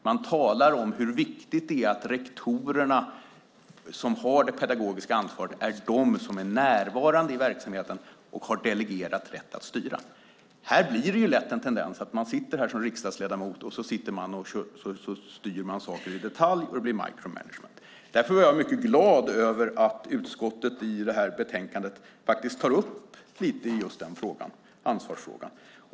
Man talar om hur viktigt det är att rektorerna som har det pedagogiska ansvaret och är närvarande i verksamheten har delegerat rätten att styra. Tendensen blir lätt att man som riksdagsledamot styr i detalj och att det blir micromanagement. Jag är därför glad att utskottet i betänkandet tar upp ansvarsfrågan.